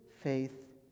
faith